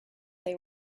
they